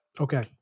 Okay